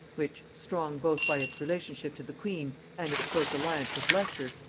which, strong both by its relationship to the queen and its close alliance with leicester,